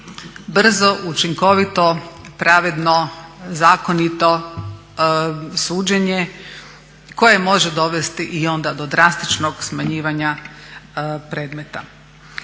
brzo, učinkovito, pravedno, zakonito suđenje koje može dovesti i onda do drastičnog smanjivanja predmeta.